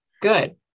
Good